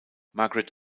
margaret